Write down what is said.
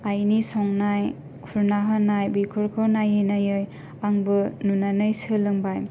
आइनि संनाय खुरना होनाय बेफोरखौ नायै नायै आंबो नुनानै सोलोंबाय